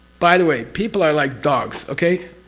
by the way, people are like dogs. okay?